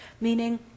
Meaning